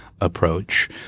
approach